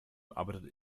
arbeitet